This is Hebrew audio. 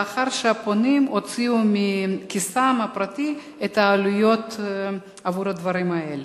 לאחר שהפונים הוציאו מכיסם הפרטי את העלויות עבור הדברים האלה.